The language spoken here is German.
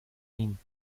ihn